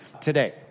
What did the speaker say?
today